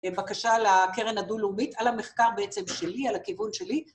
בבקשה על הקרן הדו-לאומית, על המחקר בעצם שלי, על הכיוון שלי.